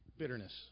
bitterness